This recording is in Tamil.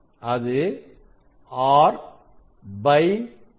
அது R n